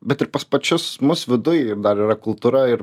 bet ir pas pačius mus viduj dar yra kultūra ir